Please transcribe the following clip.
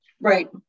Right